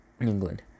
England